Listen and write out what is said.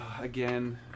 again